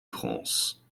france